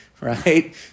right